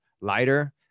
lighter